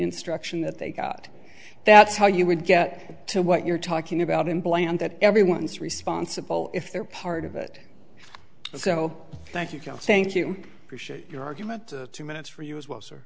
instruction that they got that's how you would get to what you're talking about implant that everyone's responsible if they're part of it so thank you thank you appreciate your argument two minutes for you as well s